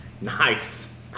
Nice